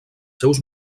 seus